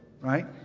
right